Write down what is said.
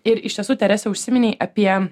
ir iš tiesų terese užsiminei apie